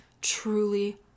truly